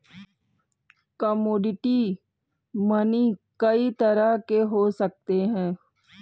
commodity money कई तरह के हो सकते हैं